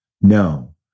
No